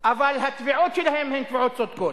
אבל התביעות שלהם הן תביעות צודקות.